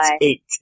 eight